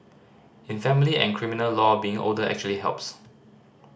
in family and criminal law being older actually helps